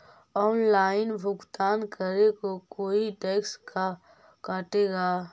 Online भुगतान करे को कोई टैक्स का कटेगा?